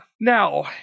Now